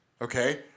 okay